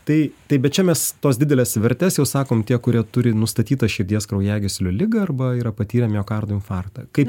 tai taip bet čia mes tos dideles vertes jau sakom tie kurie turi nustatyta širdies kraujagyslių ligą arba yra patyrę miokardo infarktą kaip